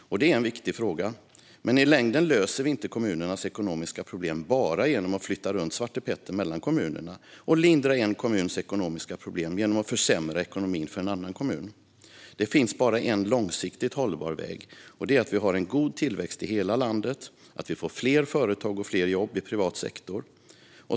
Det är en viktig fråga. Men i längden löser vi inte kommunernas ekonomiska problem bara genom att flytta runt svartepetter mellan kommunerna och lindra en kommuns ekonomiska problem genom att försämra ekonomin för en annan kommun. Det finns bara en långsiktigt hållbar väg, och det är att vi har en god tillväxt i hela landet och att vi får fler företag och fler jobb i privat sektor.